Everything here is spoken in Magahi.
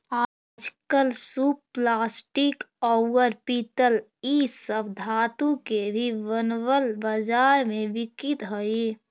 आजकल सूप प्लास्टिक, औउर पीतल इ सब धातु के भी बनल बाजार में बिकित हई